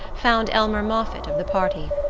found elmer moffatt of the party.